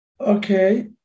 Okay